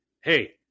hey